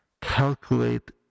calculate